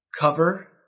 cover